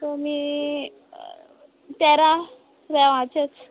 कमी तेरा राव आं जश्ट